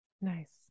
Nice